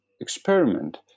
experiment